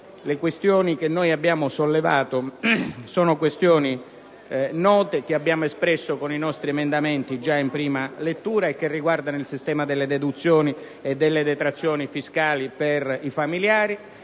che quelle che abbiamo sollevato sono questioni note e che abbiamo affrontato con i nostri emendamenti già in prima lettura. Esse riguardano il sistema delle deduzioni e delle detrazioni fiscali per i familiari